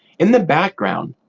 in the background,